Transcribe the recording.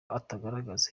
agaragaza